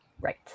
Right